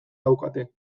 daukate